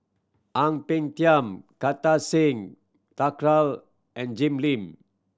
Ang Peng Tiam Kartar Singh Thakral and Jim Lim